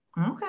okay